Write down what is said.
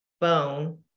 bone